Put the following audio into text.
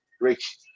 Rich